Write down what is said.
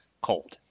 cold